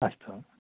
अस्तु